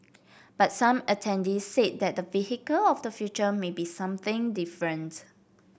but some attendees said that the vehicle of the future may be something different